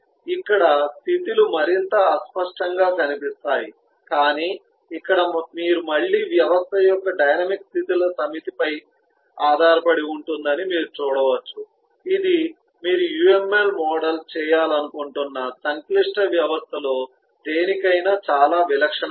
ఇక్కడ స్థితి లు మరింత అస్పష్టంగా కనిపిస్తాయి కాని ఇక్కడ మీరు మళ్ళీ వ్యవస్థ యొక్క డైనమిక్ స్థితి ల సమితిపై ఆధారపడి ఉంటుందని మీరు చూడవచ్చు ఇది మీరు UML మోడల్ చేయాలనుకుంటున్న సంక్లిష్ట వ్యవస్థల్లో దేనికైనా చాలా విలక్షణమైనది